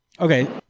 okay